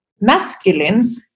masculine